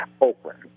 Oakland